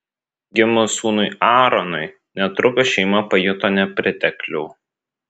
gimus sūnui aaronui netrukus šeima pajuto nepriteklių